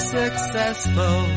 successful